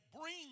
bring